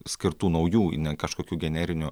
skirtų naujų ne kažkokių generinių